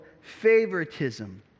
favoritism